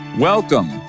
Welcome